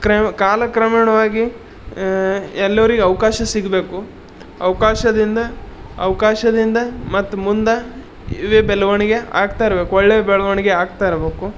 ಕ್ರ ಕಾಲಕ್ರಮೇಣವಾಗಿ ಎಲ್ಲರಿಗ್ ಅವಕಾಶ ಸಿಗಬೇಕು ಅವಕಾಶದಿಂದ ಅವಕಾಶದಿಂದ ಮತ್ತು ಮುಂದೆ ಇವೇ ಬೆಳವಣ್ಗೆ ಆಗ್ತಾ ಇರ್ಬೇಕು ಒಳ್ಳೆ ಬೆಳವಣ್ಗೆ ಆಗ್ತಾ ಇರಬೇಕು